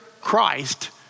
Christ